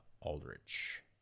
Aldrich